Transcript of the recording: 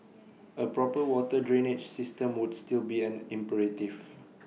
A proper water drainage system would still be an imperative